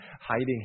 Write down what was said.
hiding